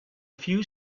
few